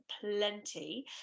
plenty